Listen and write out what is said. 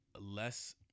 Less